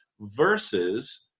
versus